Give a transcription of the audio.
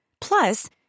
Plus